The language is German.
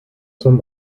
zum